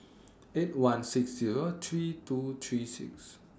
eight one six Zero three two three six